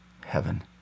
heaven